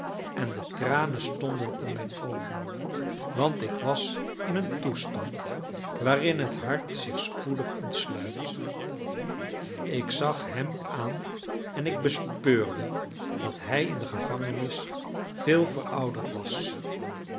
en de tranen stonden in mijn oogen want ik was in een toestand waarin het hart zich spoedig ontsluit ik zag hem aan en ik bespeurde dat hij in de gevangenis veel verouderd was